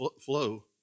flow